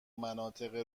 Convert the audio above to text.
مناطق